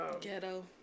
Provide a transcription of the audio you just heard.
Ghetto